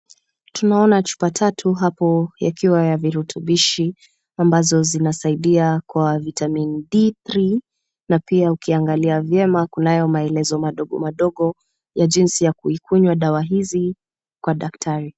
Tunaona chupa tatu hapo yakiwa na virutubishi ambazo zinasaidia kwa vitamin D three na pia iliangalia vyema kunayo maelezo madogo madogo ya jinsi ya kunywa dawa kwa daktari.